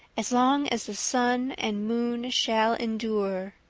as long as the sun and moon shall endure.